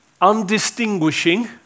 undistinguishing